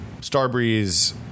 Starbreeze